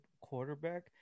quarterback